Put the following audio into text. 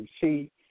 See